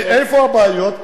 לא, כי איפה הבעיות?